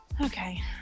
Okay